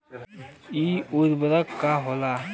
इ उर्वरक का होला?